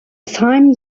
same